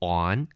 on